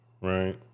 right